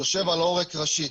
יושב על עורק ראשי.